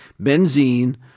benzene